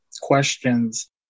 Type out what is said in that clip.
questions